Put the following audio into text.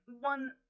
one